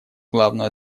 главную